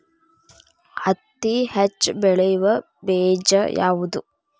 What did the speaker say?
ಹತ್ತಿ ಹೆಚ್ಚ ಬೆಳೆಯುವ ಬೇಜ ಯಾವುದು?